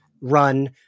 run